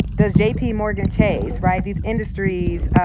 does jpmorgan chase, right? these industries,